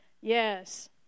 Yes